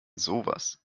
sowas